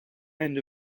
and